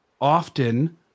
often